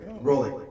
Rolling